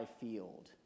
field